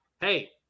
hey